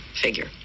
figure